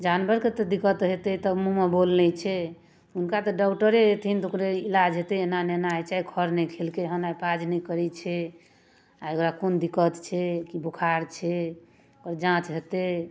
जानवरके तऽ दिक्कत हेतै तऽ मुँहमे बोल नहि छै हुनका तऽ डॉक्टरे एथिन तऽ ओकरा इलाज हेतै एना नहि एना हैय छै आइ खऽर नहि खेलकै हँ आइ पाज नहि करै छै आओर एकरा कोन दिक्कत छै कि बोखार छै ओकर जाँच हेतै